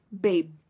babe